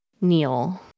Neil